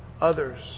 others